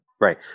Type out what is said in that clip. Right